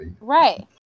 right